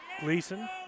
Gleason